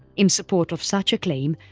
in support of such a claim,